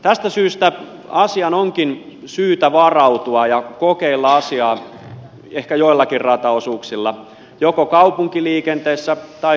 tästä syystä asiaan onkin syytä varautua ja kokeilla asiaa ehkä joillakin rataosuuksilla joko kaupunkiliikenteessä tai sitten muuten